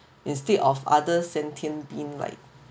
instead of other sentient being like